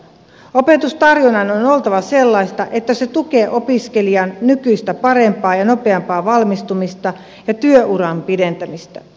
opetustarjonnan on oltava sellaista että se tukee opiskelijan nykyistä parempaa ja nopeampaa valmistumista ja työuran pidentämistä